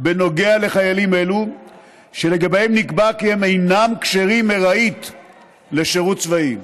לחיילים אלה שנקבע כי הם אינם כשירים ארעית לשירות צבאי.